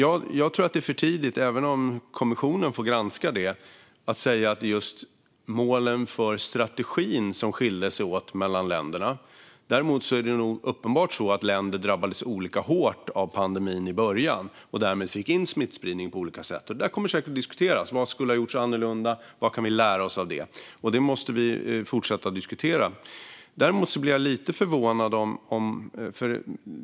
Även om kommissionen ska göra en granskning anser jag att det är för tidigt att säga att det är just målen för strategin som skilde sig åt mellan länderna. Däremot är det uppenbart att länder drabbades olika hårt av pandemin i början och därmed fick in smittspridningen på olika sätt. Detta kommer säkert att diskuteras. Vad skulle ha gjorts annorlunda, och vad kan vi lära oss av det? Vi måste fortsätta att diskutera de frågorna.